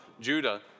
Judah